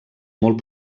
molt